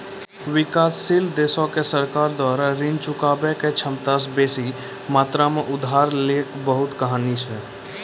विकासशील देशो के सरकार द्वारा ऋण चुकाबै के क्षमता से बेसी मात्रा मे उधारी लै के बहुते कहानी छै